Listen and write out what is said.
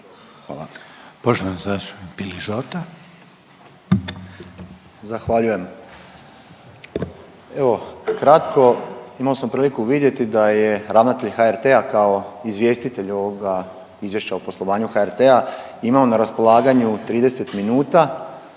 **Piližota, Boris (SDP)** Zahvaljujem. Evo, kratko imao sam priliku vidjeti da je ravnatelj HRT-a kao izvjestitelj ovoga, izvješća o poslovanju HRT-a, imao na raspolaganju 30 minuta,